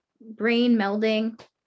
brain-melding